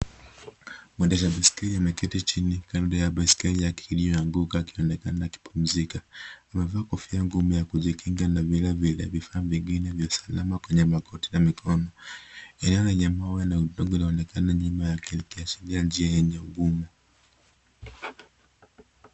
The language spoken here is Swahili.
Mwendesha baiskeli ameketi chini kando ya baiskeli yake iliyoanguka akionekana kupumzika. Amevaa kofia ngumu ya kujikinga na vile vile vifaa vingine vya usalama kwenye magoti na mikono. Eneo lenye mawe na udongo linaonekana nyuma yake likiashiria njia yenye ugumu.